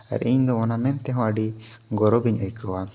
ᱟᱨ ᱤᱧ ᱫᱚ ᱚᱱᱟ ᱢᱮᱱ ᱛᱮᱦᱚᱸ ᱟᱹᱰᱤ ᱜᱚᱨᱚᱵᱤᱧ ᱟᱹᱭᱠᱟᱹᱣᱟ